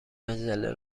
مجله